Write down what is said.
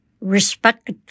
Respect